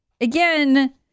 Again